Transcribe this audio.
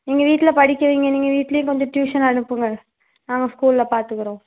நீங்கள் வீட்டில படிக்க வைங்க நீங்கள் வீட்டிலையும் கொஞ்சம் டியூஷன் அனுப்புங்க நாங்கள் ஸ்கூல்ல பார்த்துக்குறோம்